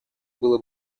было